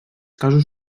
casos